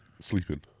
sleeping